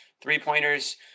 Three-pointers